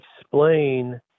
explain